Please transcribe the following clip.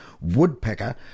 woodpecker